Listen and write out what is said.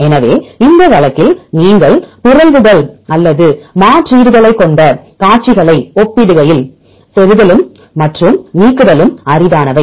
எனவே இந்த வழக்கில் நீங்கள் பிறழ்வுகள் அல்லது மாற்றீடுகளைக் கொண்ட வரிசைகளை ஒப்பிடுகையில் செருகும் மற்றும் நீக்குதலும் அரிதானவை